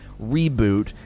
reboot